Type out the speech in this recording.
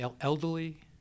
elderly